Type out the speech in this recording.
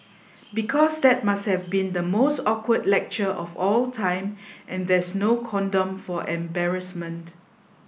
because that must have been the most awkward lecture of all time and there's no condom for embarrassment